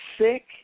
sick